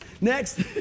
Next